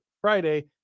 friday